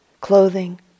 clothing